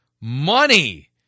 money